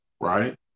right